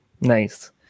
Nice